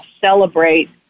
celebrate